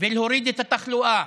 ולהוריד את התחלואה.